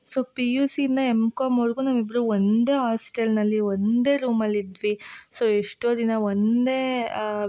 so P U ಸಿಯಿಂದ M ಕಾಮ್ವರ್ಗೂ ನಾವಿಬ್ರೂ ಒಂದೇ ಹಾಸ್ಟೆಲ್ನಲ್ಲಿ ಒಂದೇ ರೂಮಲ್ಲಿ ಇದ್ವಿ ಸೊ ಎಷ್ಟೋ ದಿನ ಒಂದೇ